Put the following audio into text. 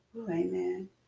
Amen